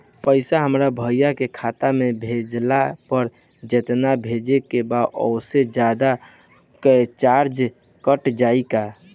पैसा हमरा भाई के खाता मे भेजला पर जेतना भेजे के बा औसे जादे कौनोचार्ज कट जाई का?